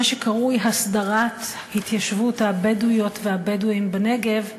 מה שקרוי "הסדרת התיישבות הבדואיות והבדואים בנגב",